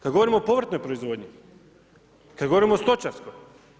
Kada govorimo o povrtnoj proizvodnji, kada govorimo o stočarskoj.